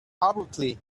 abruptly